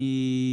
אני,